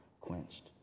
quenched